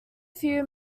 few